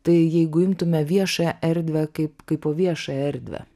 tai jeigu imtume viešąją erdvę kaip kaipo viešąją erdvę